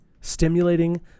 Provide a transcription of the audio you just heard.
stimulating